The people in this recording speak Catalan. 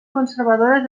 conservadores